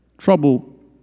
Trouble